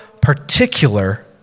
particular